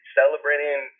celebrating